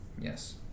Yes